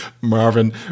Marvin